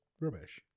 rubbish